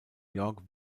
york